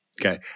Okay